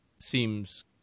seems